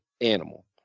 animal